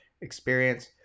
experience